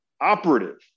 operative